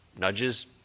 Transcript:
nudges